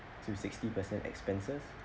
to sixty percent expenses